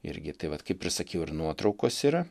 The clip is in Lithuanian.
irgi tai vat kaip ir sakiau ir nuotraukos yra